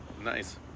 nice